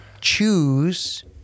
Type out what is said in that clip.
choose